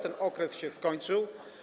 Ten okres się skończył.